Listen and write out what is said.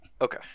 Okay